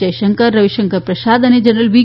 જયશંકર રવિશંકર પ્રસાદ અને જનરલ વી